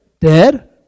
dead